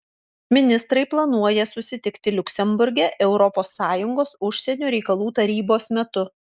ministrai planuoja susitikti liuksemburge europos sąjungos užsienio reikalų tarybos metu